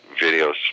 videos